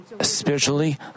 Spiritually